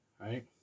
right